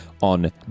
on